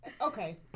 Okay